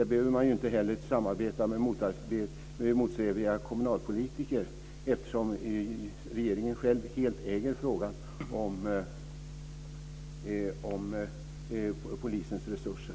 Där behöver man inte heller samarbeta med motsträviga kommunalpolitiker, eftersom regeringen själv helt äger frågan om polisens resurser.